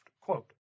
quote